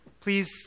please